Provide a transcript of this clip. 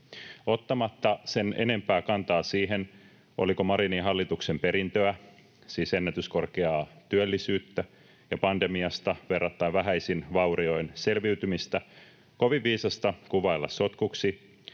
Ottamatta sen enempää kantaa siihen, oliko Marinin hallituksen perintöä, siis ennätyskorkeaa työllisyyttä ja pandemiasta verrattain vähäisin vaurioin selviytymistä, kovin viisasta kuvailla sotkuksi,